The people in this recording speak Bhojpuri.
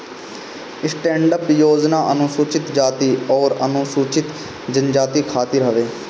स्टैंडअप योजना अनुसूचित जाती अउरी अनुसूचित जनजाति खातिर हवे